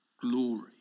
glory